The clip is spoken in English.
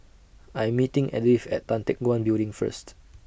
I'm meeting Edyth At Tan Teck Guan Building First